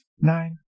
nine